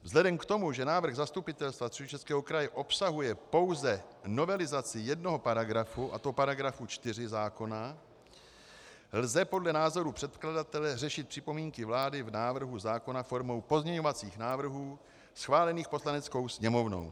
Vzhledem k tomu, že návrh Zastupitelstva Středočeského kraje obsahuje pouze novelizaci jednoho paragrafu, a to § 4 zákona, lze podle názoru předkladatele řešit připomínky vlády v návrhu zákona formou pozměňovacích návrhů schválených Poslaneckou sněmovnou.